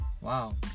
Wow